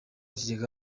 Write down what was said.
kigega